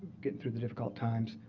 get through the difficult times.